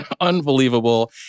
unbelievable